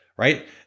Right